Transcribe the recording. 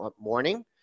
morning